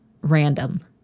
random